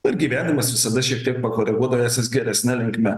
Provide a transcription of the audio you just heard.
ir gyvenimas visada šiek tiek pakoreguodavęs vis geresne linkme